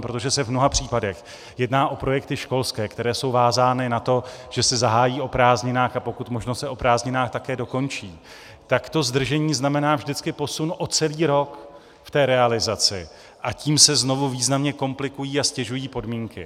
Protože se v mnoha případech jedná o projekty školské, které jsou vázány na to, že se zahájí o prázdninách a pokud možno se o prázdninách také dokončí, tak to zdržení znamená vždycky posun o celý rok v realizaci, a tím se znovu významně komplikují a ztěžují podmínky.